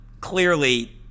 clearly